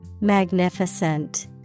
Magnificent